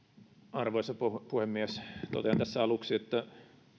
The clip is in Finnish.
arvoisa puhemies totean tässä aluksi että